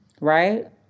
Right